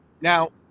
Now